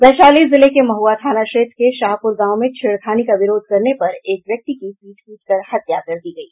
वैशाली जिले के महुआ थाना क्षेत्र के शाहपुर गांव में छेड़खानी का विरोध करने पर एक व्यक्ति की पीट पीटकर हत्या कर दी गयी